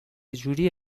جوری